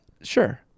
Sure